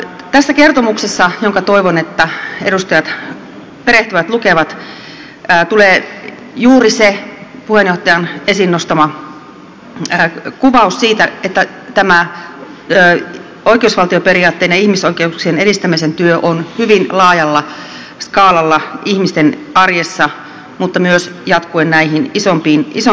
tässä kertomuksessa toivon edustajien siihen perehtyvän ja sen lukevan tulee juuri se puheenjohtajan esiin nostama kuvaus siitä että tämä oikeusvaltioperiaatteen ja ihmisoikeuksien edistämisen työ on hyvin laajalla skaalalla ihmisten arjessa mutta myös jatkuu näihin isompiin konflikteihin